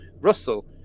Russell